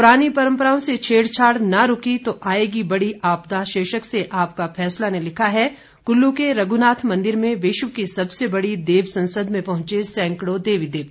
प्रानी परम्पराओं से छेड़छाड़ न रुकी तो आएगी बड़ी आपदा शीर्षक से आपका फैसला ने लिखा है कुल्लू के रघुनाथ मंदिर में विश्व की सबसे बड़ी देव संसद में पहुंचे सैकड़ों देवी देवता